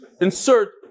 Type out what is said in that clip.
insert